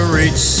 reach